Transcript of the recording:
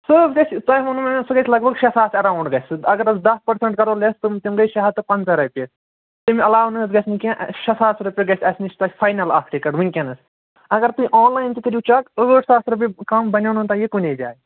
سُہ حظ گژھِ تۄہہِ ووٚنمو مےٚ سُہ گژھِ لگ بگ شےٚ ساس اٮ۪راوُنٛڈ گژھِ سُہ اگر حظ دَہ پٔرسَنٛٹ کَرو لٮ۪س تِم تِم گٔے شےٚ ہَتھ تہٕ پَنژاہ رۄپیہِ اَمہِ علاوٕ نہٕ حظ گژھِ نہٕ کیٚنٛہہ شےٚ ساس رۄپیہِ گژھِ اَسہِ نِش تۄہہِ فاینَل اَکھ ٹِکَٹ وٕنۍکٮ۪نَس اگر تُہۍ آن لایِن تہِ کٔرِو چَک ٲٹھ ساس رۄپیہِ کَم بنیو نہٕ تۄہہِ یہِ کُنی جاے